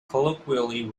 colloquially